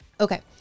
Okay